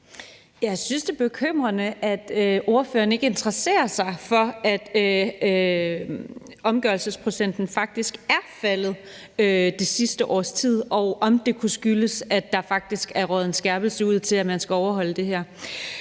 Jeg synes, det er bekymrende, at ordføreren ikke interesserer sig for, at omgørelsesprocenten faktisk er faldet det sidste års tid, og om det kunne skyldes, at der faktisk er røget en skærpelse ud, i forhold til at man skal overholde det her.